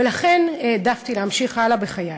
ולכן העדפתי להמשיך הלאה בחיי.